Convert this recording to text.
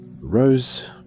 Rose